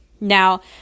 Now